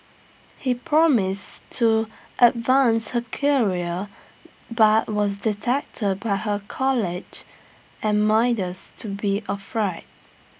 he promised to advance her career but was detected by her colleagues and minders to be A fraud